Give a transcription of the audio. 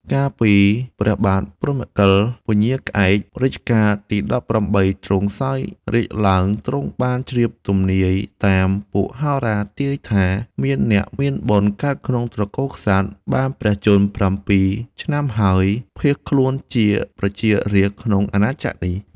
កាលពីព្រះបាទព្រហ្មកិល (ពញាក្រែក) រជ្ជកាលទី១៨ ទ្រង់សោយរាជ្យឡើងទ្រង់បានជ្រាបទំនាយតាម ពួកហោរាទាយថា "មានអ្នកមានបុណ្យកើតក្នុងត្រកូលក្សត្រ បានព្រះជន្ម៧ឆ្នាំហើយ ភាសន៍ខ្លួនជាប្រជារាស្រ្តក្នុង អាណាចក្រនេះ ។